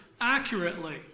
accurately